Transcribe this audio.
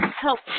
help